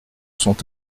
sont